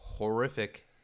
Horrific